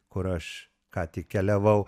kur aš ką tik keliavau